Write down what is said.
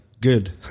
good